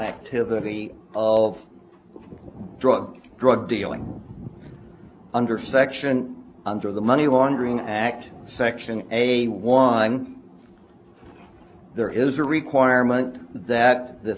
activity of drug drug dealing under section under the money laundering act section a wine there is a requirement that the